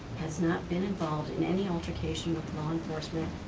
has not been involved in any altercation with law enforcement,